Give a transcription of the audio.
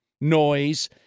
noise